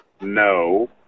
No